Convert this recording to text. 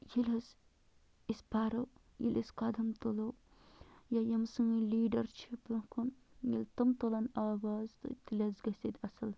ییٚلہِ حظ أسۍ پَرو ییٚلہِ أسۍ قدم تُلو یا یِم سٲنۍ لیٖڈَر چھِ برٛونٛہہ کُن ییٚلہِ تِم تُلن آواز تہٕ تیٚلہِ حظ گژھِ ییٚتہِ اَصٕل